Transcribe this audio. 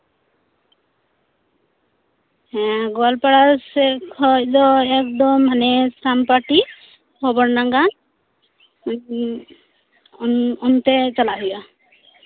ᱦᱮᱸ ᱮᱠᱫᱚᱢ ᱜᱳᱣᱟᱞᱯᱟᱲᱟ ᱥᱮᱫ ᱠᱷᱚᱱ ᱫᱚ ᱥᱟᱢ ᱵᱟᱴᱤ ᱵᱷᱩᱵᱚᱱᱰᱟᱸᱜᱟ ᱚᱱᱛᱮ ᱪᱟᱞᱟᱜ ᱦᱳᱭᱳᱜᱼᱟ